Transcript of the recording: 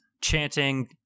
chanting